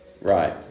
Right